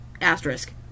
asterisk